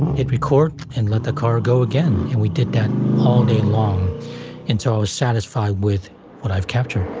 hit record and let the car go again. and we did that all day long until i was satisfied with what i've captured.